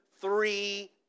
three